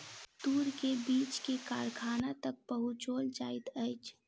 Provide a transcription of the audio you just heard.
तूर के बीछ के कारखाना तक पहुचौल जाइत अछि